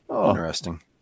Interesting